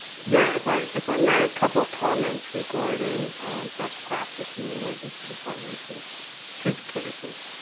yeah, if i if i may, a couple comments regarding best practice in the emergency department for two cases.